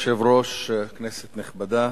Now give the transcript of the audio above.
אדוני היושב-ראש, כנסת נכבדה,